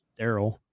Daryl